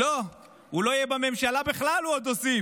"לא, הוא לא יהיה בממשלה בכלל", הוא עוד הוסיף,